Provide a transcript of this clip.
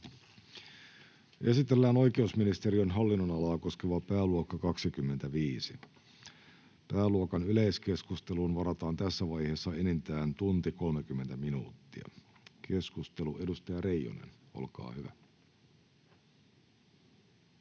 Esitellään oikeusministeriön hallinnonalaa koskeva pääluokka 25. Pääluokan yleiskeskusteluun varataan tässä vaiheessa enintään tunti 30 minuuttia. — Keskustelu, edustaja Reijonen, olkaa hyvä.